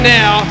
now